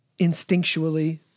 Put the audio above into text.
instinctually